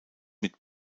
mit